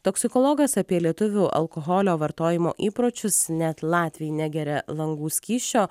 toksikologas apie lietuvių alkoholio vartojimo įpročius net latviai negeria langų skysčio